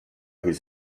his